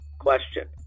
Question